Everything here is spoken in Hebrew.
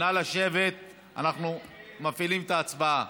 נא לשבת, אנחנו מפעילים את ההצבעה.